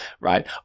right